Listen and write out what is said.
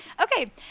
Okay